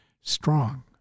strong